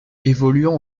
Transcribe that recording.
évoluant